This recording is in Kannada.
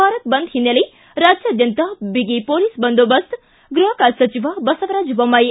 ಭಾರತ್ ಬಂದ್ ಹಿನ್ನೆಲೆ ರಾಜ್ಯಾದ್ಯಂತ ಬಿಗಿ ಪೊಲೀಸ್ ಬಂದೋಬಸ್ತ್ ಗೃಹ ಖಾತೆ ಸಚಿವ ಬಸವರಾಜ ಬೊಮ್ಲಾಯಿ